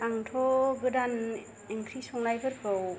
आंथ' गोदान ओंख्रि संनाय फोरखौ